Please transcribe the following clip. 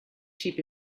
sheep